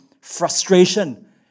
frustration